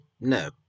no